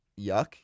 Yuck